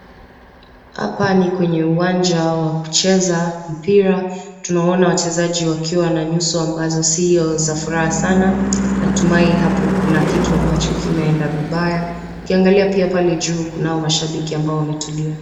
Hapa ni kwenye uwanja wa kucheza mpira. Tunaona wachezaji wakiwa na nyuso ambazo si za furaha sana natumai hapo kuna kitu kimeenda vibaya. Ukiangalia pia pale juu kuna mashabiki ambao wametulia.